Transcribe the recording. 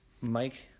Mike